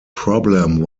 problem